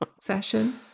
Session